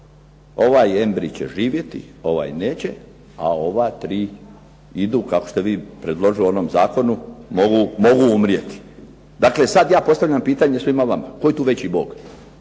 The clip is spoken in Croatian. ovaj embrij će živjeti, ovaj neće, a ova tri idu kako ste vi predložili u onom zakonu mogu umrijeti. Dakle, sad ja postavljam pitanje svima vama tko je tu veći Bog?